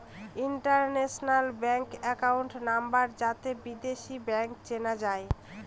international bank account number যাতে বিদেশী bank চেনা যায়